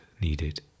needed